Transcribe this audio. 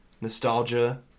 nostalgia